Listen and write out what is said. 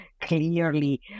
clearly